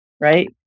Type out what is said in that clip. right